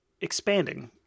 expanding